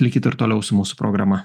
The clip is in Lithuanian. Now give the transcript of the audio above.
likit ir toliau su mūsų progama